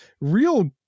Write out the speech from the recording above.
real